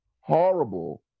horrible